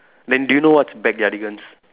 then do you know what's Backyardigans